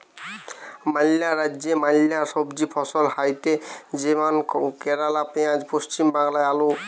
ম্যালা রাজ্যে ম্যালা সবজি ফসল হয়টে যেমন কেরালে পেঁয়াজ, পশ্চিম বাংলায় আলু